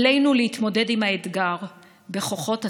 עלינו להתמודד עם האתגר בכוחות עצמנו.